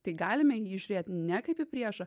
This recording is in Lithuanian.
tai galime į jį žiūrėt ne kaip į priešą